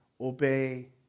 obey